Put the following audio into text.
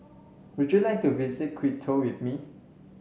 would you like to visit Quito with me